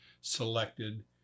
selected